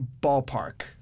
ballpark